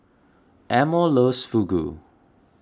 Elmore loves Fugu